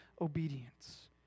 obedience